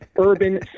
urban